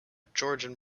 georgian